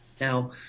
Now